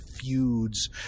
feuds